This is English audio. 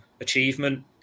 achievement